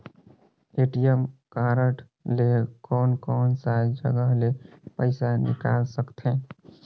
ATM card ले कोन कोन सा जगह ले पइसा निकाल सकथे?